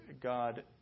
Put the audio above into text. God